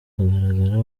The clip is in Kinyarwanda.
hagaragara